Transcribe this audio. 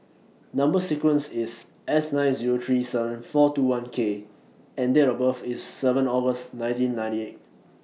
Number sequence IS S nine Zero three seven four two one K and Date of birth IS seven August nineteen ninety eight